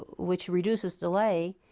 which reduces delay,